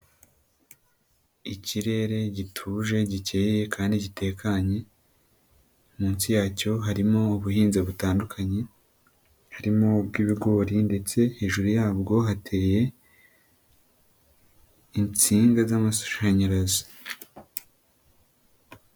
Ikirere gituje gikeye kandi gitekanye, munsi yacyo harimo ubuhinzi butandukanye, harimo ubw'ibigori ndetse hejuru yabwo hateye insinga z'amashanyarazi.